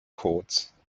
codes